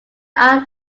are